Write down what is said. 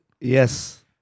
Yes